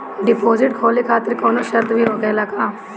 Deposit खोले खातिर कौनो शर्त भी होखेला का?